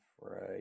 right